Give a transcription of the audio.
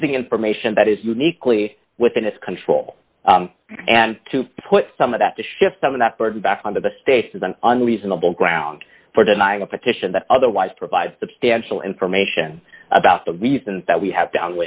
using information that is uniquely within its control and to put some of that to shift some of that burden back on to the states to them on reasonable grounds for denying a petition that otherwise provide substantial information about the reasons that we have to